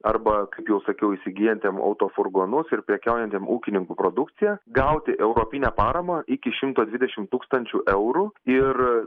arba kaip jau sakiau įsigijantiem autofurgonus ir prekiaujantiem ūkininkų produkcija gauti europinę paramą iki šimto dvidešimt tūkstančių eurų ir